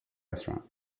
restaurant